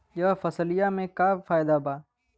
यह फसलिया में का फायदा बा?